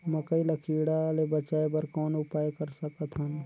मकई ल कीड़ा ले बचाय बर कौन उपाय कर सकत हन?